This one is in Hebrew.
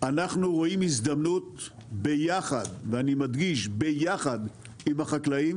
אנחנו רואים הזדמנות ביחד ואני מדגיש ביחד עם החקלאים